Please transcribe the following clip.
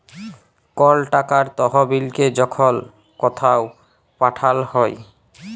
call টাকার তহবিলকে যখল কথাও পাঠাল হ্যয়